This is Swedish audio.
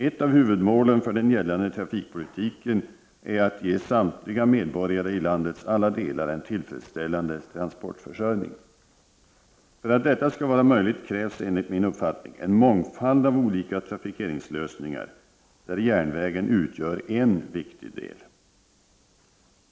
Ett av huvudmålen för den gällande trafikpolitiken är att ge samtliga medborgare i landets alla delar en tillfredsställande transportförsörjning. För att detta skall vara möjligt krävs enligt min uppfattning en mångfald av olika trafikeringslösningar — där järnvägen utgör en viktig del.